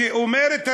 שאומר את הדברים,